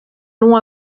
long